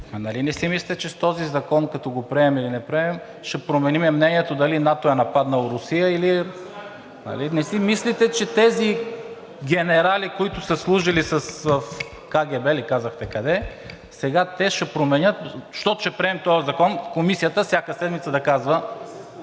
не си мислите, че с този закон, като го приемем или не приемем, ще променим мнението дали НАТО е нападнало Русия. Нали не си мислите, че тези генерали, които са служили в КГБ ли казахте, къде, сега те ще променят, защото ще приемем този закон, Комисията всяка седмица да казва!